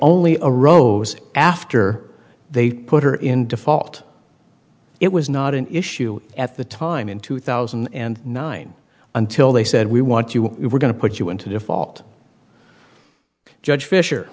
only arose after they put her in default it was not an issue at the time in two thousand and nine until they said we want you we're going to put you into default judge fisher